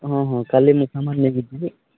ହଁ ହଁ କାଲି ମୁଁ ସାମାନ୍ ନେଇକି ଯିବି